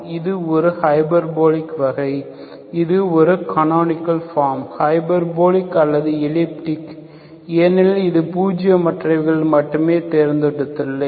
இது ஒரு ஹைபர்போலிக் வகை இது ஒரு கனோனிக்கள் ஃபார்ம் ஹைபர்போலிக் அல்லது எலிப்டிக் ஏனெனில் இது பூஜியமற்றவைகளை மட்டுமே தேர்ந்தெடுத்துள்ளேன்